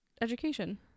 education